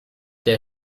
der